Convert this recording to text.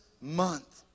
month